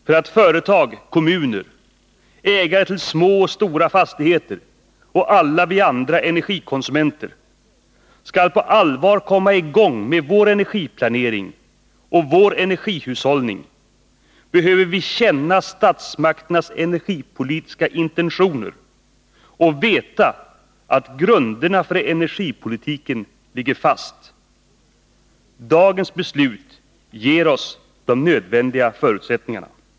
För att företag, kommuner, ägare till små och stora fastigheter och alla vi andra energikonsumenter på allvar skall komma i gång med vår energiplanering och vår energihushållning behöver vi känna statsmakternas energipolitiska intentioner och veta att grunderna för energipolitiken ligger fast. Dagens beslut ger oss de nödvändiga förutsättningarna.